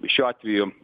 šiuo atveju